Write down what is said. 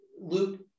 luke